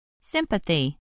Sympathy